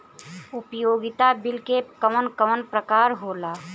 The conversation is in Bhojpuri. उपयोगिता बिल के कवन कवन प्रकार होला?